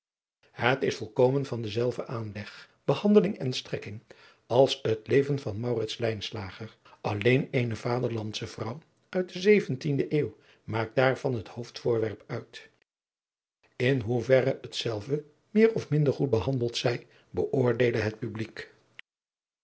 het is volkomen van denzelfden aanleg behandeling en strekking als het leven van maurits lijnslager alleen eene valandsche vrouw uit de zeventiende eeuw maakt daarvan het hoofdvoorwerp uit in hoe verre hetzelve meer of minder goed behandeld zij beoordeele het publiek